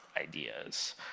ideas